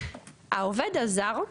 העובד הזר,